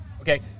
Okay